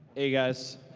hey, guys.